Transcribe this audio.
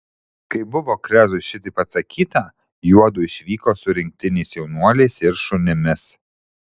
kai buvo krezui šitaip atsakyta juodu išvyko su rinktiniais jaunuoliais ir šunimis